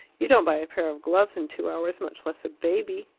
you don't buy a pair of gloves in two hours, much less a baby.